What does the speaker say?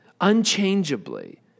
unchangeably